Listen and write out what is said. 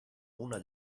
una